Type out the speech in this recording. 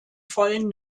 vollen